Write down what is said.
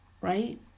right